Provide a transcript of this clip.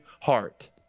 heart